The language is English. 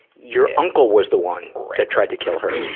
your uncle was the one that tried to kill her.